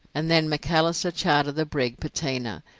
and then macalister chartered the brig pateena,